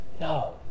No